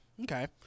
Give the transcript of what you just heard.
Okay